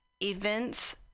events